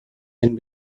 ben